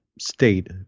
state